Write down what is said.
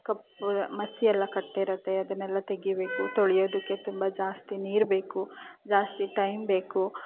ಕಪ್ಪು ಮಸಿ ಎಲ್ಲ ಕಟ್ಟಿರುತ್ತೆ ಅದನ್ನೆಲ್ಲ ತೆಗಿಬೇಕು ತೊಳೆಯೋದಕ್ಕೆ ತುಂಬ ಜಾಸ್ತಿ ನೀರು ಬೇಕು ಜಾಸ್ತಿ ಟೈಮ್ ಬೇಕು